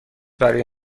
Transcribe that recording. برای